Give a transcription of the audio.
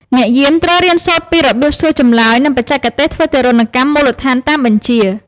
អ្នកយាមត្រូវរៀនសូត្រពីរបៀបសួរចម្លើយ និងបច្ចេកទេសធ្វើទារុណកម្មមូលដ្ឋានតាមបញ្ជា។